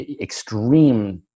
extreme